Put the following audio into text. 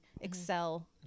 excel